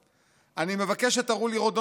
אני מבקש שתראו לי רודנות אחת,